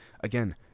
again